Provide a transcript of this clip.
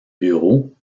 bureaux